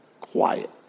Quiet